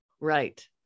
right